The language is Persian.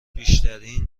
بیشترین